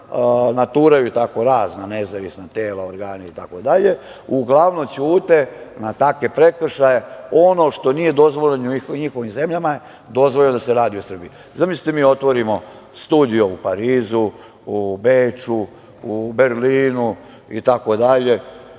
naturaju razna nezavisna tela, organe itd, uglavnom ćute na takve prekršaje. Ono što nije dozvoljeno u njihovim zemljama, dozvoljeno je da se radi u Srbiji. Zamislite da mi otvorimo studio u Parizu, u Beču, u Berlinu itd.